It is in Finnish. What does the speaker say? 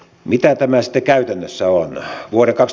mitä tämä sitten käytännössä on